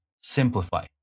simplify